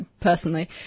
Personally